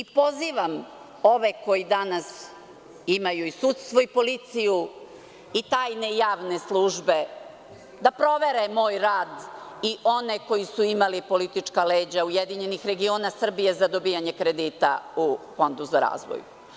Pozivam ove koji danas imaju i sudstvo i policiju, i tajne i javne službe, da provere moj rad i one koji su imali politička leđa URS za dobijanje kredita u Fondu za razvoj.